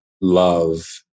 love